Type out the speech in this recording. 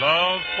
Love